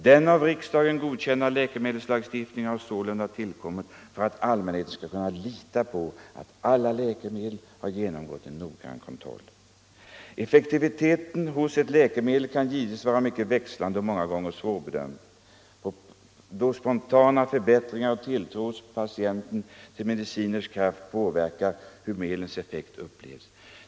Den av riksdagen godkända läkemedelslagstiftningen har således tillkommit för att allmänheten skall kunna lita på att alla läkemedel har genomgått en noggrann kontroll. Effektiviteten hos ett läkemedel kan givetvis vara mycket växlande och många gånger svårbedömd, då spontana förbättringar och tilltro hos patienten till medicinens kraft påverkar hur medlets effekt upplevs.